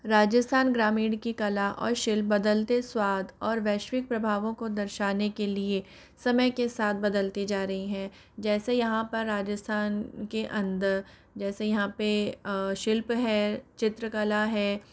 राजस्थान ग्रामीण की कला और शिल्प बदलते स्वाद और वैश्विक प्रभावों को दर्शाने के लिए समय के साथ बदलते जा रहे हैं जैसे यहाँ पर राजस्थान के अंदर जैसे यहाँ पर शिल्प है चित्रकला है